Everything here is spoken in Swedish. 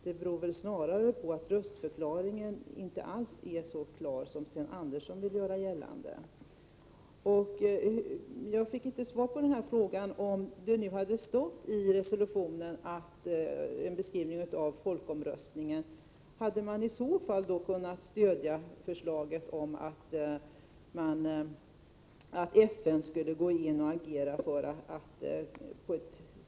Det beror väl snarast på att denna röstförklaring inte alls är så klar som Sten Andersson vill göra gällande. Jag fick inte något svar på min fråga huruvida man hade kunnat stödja förslaget om att FN skall gå in och aktivt bidra till en bättre framtid för befolkningen på Nya Kaledonien, om det i resolutionen hade funnits en beskrivning av folkomröstningen.